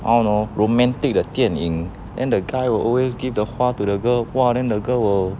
I don't know romantic 的电影 then the guy will always give the 花 to the girl !wah! then the girl will